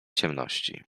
ciemności